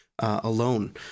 Alone